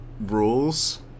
rules